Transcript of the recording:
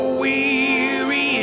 weary